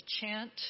chant